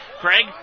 Craig